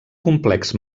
complex